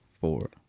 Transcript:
four